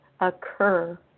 occur